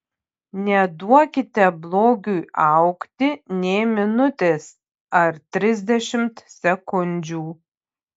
neduokite blogiui augti nė minutės ar trisdešimt sekundžių